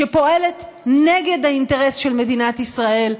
שפועלת נגד האינטרס של מדינת ישראל,